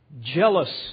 jealous